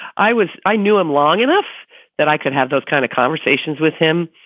i was i knew him long enough that i could have those kind of conversations with him.